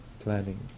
planning